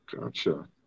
gotcha